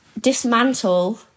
dismantle